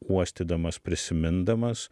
uostydamas prisimindamas